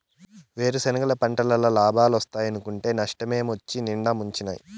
వేరుసెనగ పంటల్ల లాబాలోస్తాయనుకుంటే నష్టమొచ్చి నిండా ముంచినాయి